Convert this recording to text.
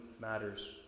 matters